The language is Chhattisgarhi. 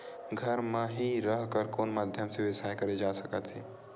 घर म हि रह कर कोन माध्यम से व्यवसाय करे जा सकत हे?